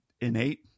innate